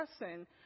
person